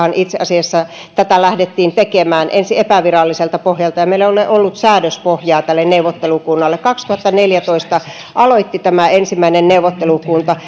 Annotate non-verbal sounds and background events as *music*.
itse asiassa tätä lähdettiin tekemään ensin epäviralliselta pohjalta ja meillä ei ole ollut säädöspohjaa tälle neuvottelukunnalle kaksituhattaneljätoista aloitti ensimmäinen neuvottelukunta *unintelligible*